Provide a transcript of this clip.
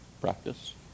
practice